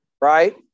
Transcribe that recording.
right